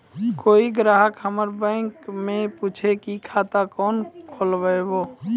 कोय ग्राहक हमर बैक मैं पुछे की खाता कोना खोलायब?